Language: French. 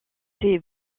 ces